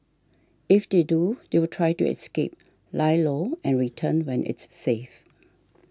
if they do they will try to escape lie low and return when it's safe